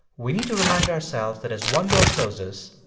we need to remind ourselves that as one door closes,